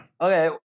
Okay